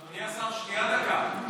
אדוני השר, שנייה, דקה.